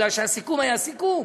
כי הסיכום היה סיכום,